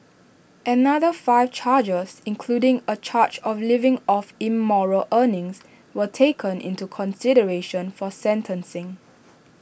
another five charges including A charge of living off immoral earnings were taken into consideration for sentencing